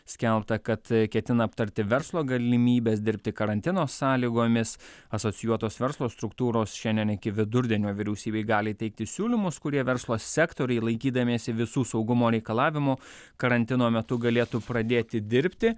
skelbta kad ketina aptarti verslo galimybes dirbti karantino sąlygomis asocijuotos verslo struktūros šiandien iki vidurdienio vyriausybei gali teikti siūlymus kurie verslo sektoriai laikydamiesi visų saugumo reikalavimų karantino metu galėtų pradėti dirbti